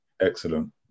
Excellent